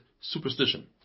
superstition